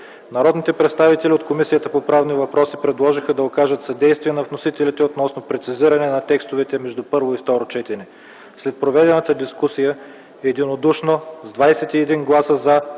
Народните представители от Комисията по правни въпроси предложиха да окажат съдействие на вносителите, относно прецизиране на текстовете между първо и второ четене. След проведената дискусия единодушно с 21 гласа „за”,